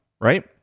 right